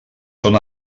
són